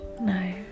No